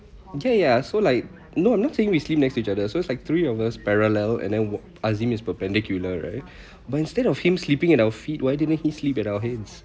okay ya so like no not saying we sleep next to each other so it's like three of us parallel and then azim is perpendicular right but instead of him sleeping at our feet why didn't he sleep at our heads